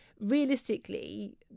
Realistically